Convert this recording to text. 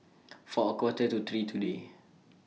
For A Quarter to three today